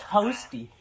Toasty